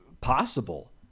possible